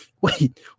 wait